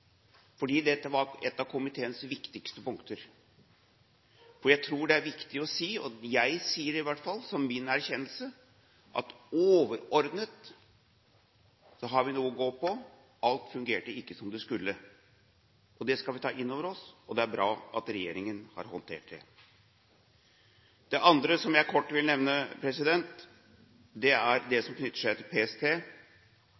fordi dette var et av komiteens viktigste punkter. Jeg tror det er viktig å si – og jeg sier det i hvert fall som min erkjennelse – at overordnet har vi noe å gå på, alt fungerte ikke som det skulle. Det skal vi ta inn over oss, og det er bra at regjeringen har håndtert det. Det andre som jeg kort vil nevne, er det